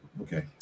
Okay